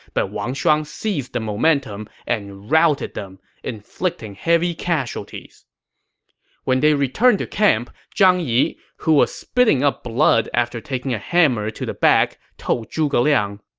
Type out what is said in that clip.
but wang shuang seized the momentum and routed them, inflicting heavy casualties when they returned to camp, zhang yi, who was spitting up blood after taking a hammer to the back, told zhuge liang,